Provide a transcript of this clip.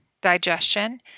digestion